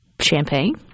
Champagne